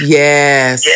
yes